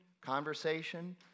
conversation